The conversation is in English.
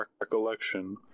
recollection